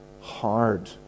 hard